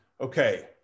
Okay